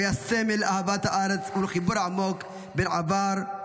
הוא היה סמל לאהבת הארץ ולחיבור העמוק בין עבר,